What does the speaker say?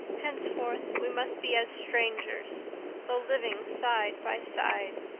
henceforth we must be as strangers though living side by side.